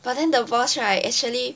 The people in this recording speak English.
but then the boss right actually